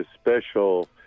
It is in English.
special